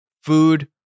food